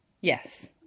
Yes